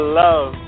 love